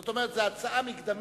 זאת אומרת שזו הצעה מקדמית,